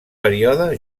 període